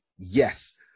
yes